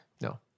No